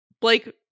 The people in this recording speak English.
Blake